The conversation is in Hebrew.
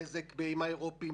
נזק עם האירופים,